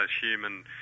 human